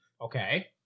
Okay